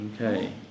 Okay